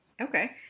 Okay